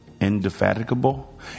Indefatigable